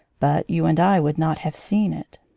but you and i would not have seen it.